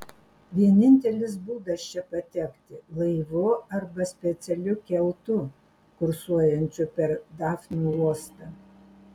vienintelis būdas čia patekti laivu arba specialiu keltu kursuojančiu per dafnių uostą